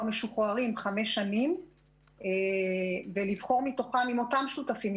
משוחררים 5 שנים ולבחור מתוכם עם אותם שותפים,